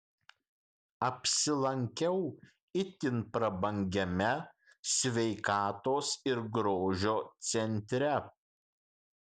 apsilankiau itin prabangiame sveikatos ir grožio centre